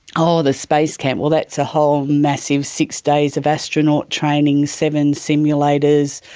oh the space camp, well, that's a whole massive six days of astronaut training, seven simulators,